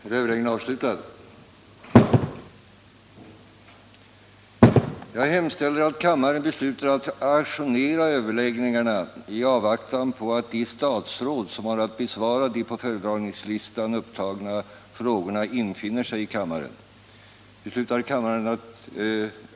Är energiministern i tillfälle att lämna riksdagen upplysning om konsekvenserna i energipolitiskt hänseende för Sveriges del, därest oljeproduktionen i Iran under lång tid skulle upphöra eller i varje fall iransk olja icke bli tillgänglig på världsmarknaden?